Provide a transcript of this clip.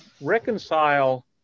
Reconcile